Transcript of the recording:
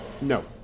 No